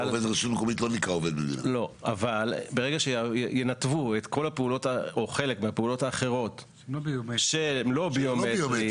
אבל ברגע שינתבו חלק מהפעולות האחרות שהם לא ביומטרי